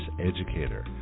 educator